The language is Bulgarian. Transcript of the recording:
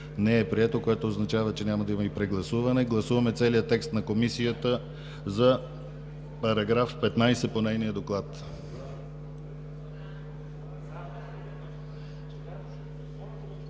не е прието, което означава, че няма да има и прегласуване. Гласуваме целия текст на Комисията за § 15 по нейния доклад.